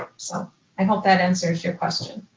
so i hope that answers your question.